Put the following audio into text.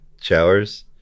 showers